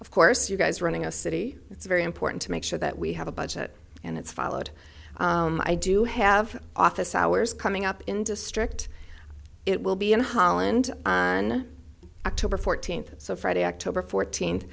of course you guys running a city it's very important to make sure that we have a budget and it's followed i do have office hours coming up in district it will be in holland on october fourteenth so friday october fourteen